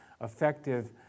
effective